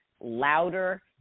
louder